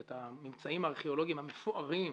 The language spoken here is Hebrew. את הממצאים הארכיאולוגיים המפוארים